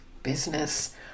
business